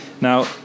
Now